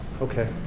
Okay